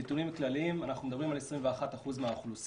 נתונים כלליים אנחנו מדברים על 21% מהאוכלוסייה,